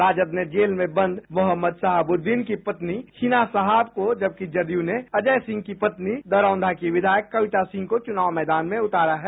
राजद ने जेल में बंद मोहम्मद शहाबुद्दीन की पत्नी हिना शहाब को जबकि जदयू ने अजय सिंह की पत्नी दरौंधा की विधायक कविता सिंह को चुनाव मैदान में उतारा है